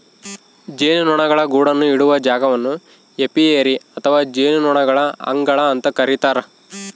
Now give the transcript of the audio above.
ಜೇನುನೊಣಗಳ ಗೂಡುಗಳನ್ನು ಇಡುವ ಜಾಗವನ್ನು ಏಪಿಯರಿ ಅಥವಾ ಜೇನುನೊಣಗಳ ಅಂಗಳ ಅಂತ ಕರೀತಾರ